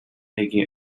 making